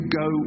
go